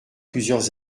plusieurs